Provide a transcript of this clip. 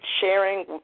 sharing